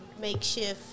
makeshift